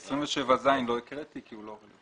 את סעיף 27(ז) לא הקראתי כי הוא לא רלוונטי.